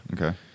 Okay